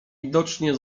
widocznie